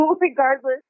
regardless